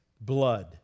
blood